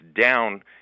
down